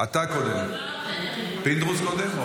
------ פינדרוס קודם?